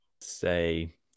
say